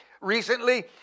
recently